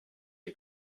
est